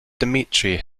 dmitry